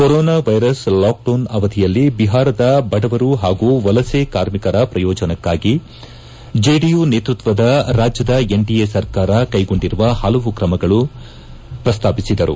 corona virus lockdown ಅವಧಿಯಲ್ಲಿ ಬಿಹಾರದ ಬಡವರು ಹಾಗೂ ವಲಸೆ ಕಾರ್ಮಿಕರ ಪ್ರಯೋಜನಕ್ಕಾಗಿ ಜೆಡಿಯು ನೇತೃತ್ವದ ರಾಜ್ಯದ ಎನ್ಡಿಎ ಸರ್ಕಾರ ಕೈಗೊಂಡಿರುವ ಹಲವು ಕ್ರಮಗಳನ್ನು ಪ್ರಸ್ತಾಪಿಸಿದರು